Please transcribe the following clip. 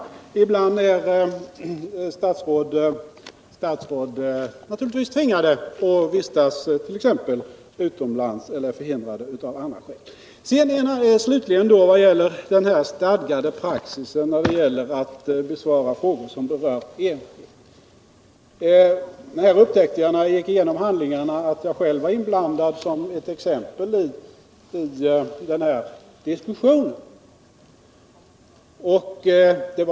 Och ibland är statsråd naturligtvis tvingade t.ex. att vistas utomlands eller är förhindrade av andra skäl. Slutligen den stadgade praxisen när det gäller svar på frågor som berör enskild. Jag upptäckte när jag gick igenom handlingarna att jag själv var inblandad som ett exempel i den här diskussionen.